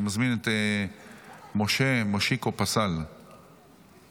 אני מזמין את משה מושיקו פסל לברך.